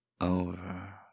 over